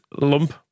lump